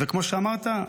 וכמו שאמרת,